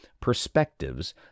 perspectives